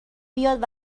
بیاد